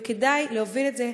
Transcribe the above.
וכדאי להוביל את זה,